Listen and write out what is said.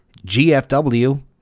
GFW